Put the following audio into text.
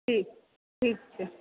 ठीक ठीक छै